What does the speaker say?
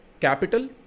capital